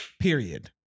Period